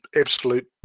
absolute